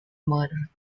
murder